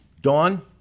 Dawn